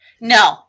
No